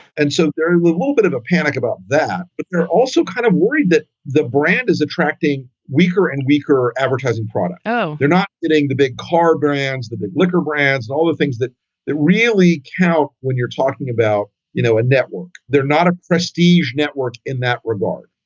and so every little little bit of a panic about that but they're also kind of worried that the brand is attracting weaker and weaker advertising product. oh, they're not getting the big car brands, the big liquor brands, all the things that that really count when you're talking about, you know, a network. they're not a prestige network in that regard.